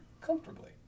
Comfortably